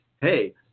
hey